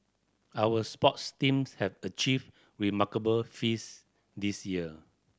our sports teams have achieved remarkable feats this year